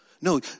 No